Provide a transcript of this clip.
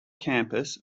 campus